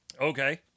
Okay